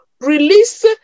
release